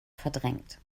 verdrängt